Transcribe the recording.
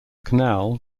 canal